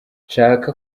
nshaka